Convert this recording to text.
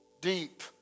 Deep